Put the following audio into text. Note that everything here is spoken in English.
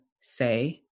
say